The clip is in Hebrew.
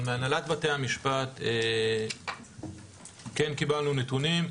אבל, מהנהלת בתי המשפט כן קיבלנו נתונים,